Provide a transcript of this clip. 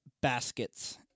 Baskets